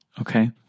Okay